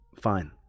fine